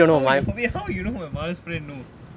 how you how you know my mother's friend know